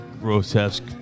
grotesque